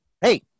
hey